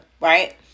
right